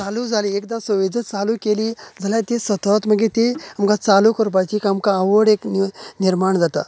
चालू जाली एकदा सवय जर चालू केली जाल्यार ती सतत मागीर ती आमकां चालू करपाची एक आवड एक निर्माण जाता